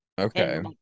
okay